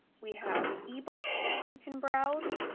we have ebooks you can browse,